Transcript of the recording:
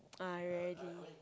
ah rarely